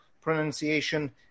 pronunciation